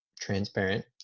transparent